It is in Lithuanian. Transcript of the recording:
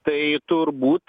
tai turbūt